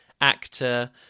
actor